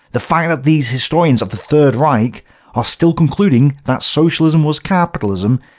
the fact that these historians of the third reich are still concluding that socialism was capitalism,